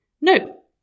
No